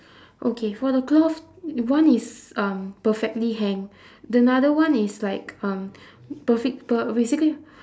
okay for the cloth one is um perfectly hang the another one is like um perfec~ per~ basically